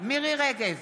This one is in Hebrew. מירי מרים רגב,